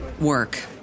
work